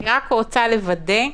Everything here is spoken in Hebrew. אני רק רוצה לוודא,